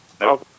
No